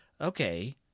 okay